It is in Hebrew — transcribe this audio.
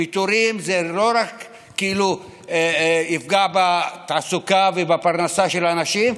פיטורים לא רק יפגעו בתעסוקה ובפרנסה של האנשים,